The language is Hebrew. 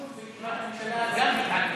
באישור בישיבת ממשלה, גם מתעכב.